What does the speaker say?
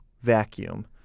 vacuum